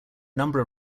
number